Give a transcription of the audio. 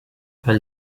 pel